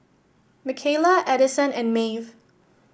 Mikayla Adison and Maeve